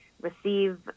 receive